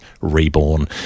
reborn